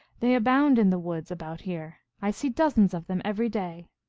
they abound in the woods about here. i see dozens of them every day.